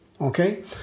Okay